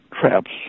traps